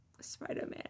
Spider-Man